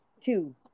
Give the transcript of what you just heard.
two